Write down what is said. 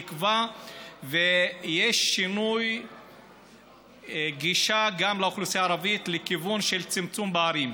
שיש תקווה ויש שינוי גישה גם לאוכלוסייה הערבית לכיוון של צמצום פערים.